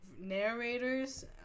narrators